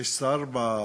יש שר במליאה?